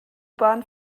bahn